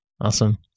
Awesome